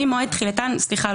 סליחה,